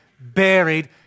buried